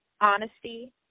honesty